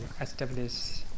establish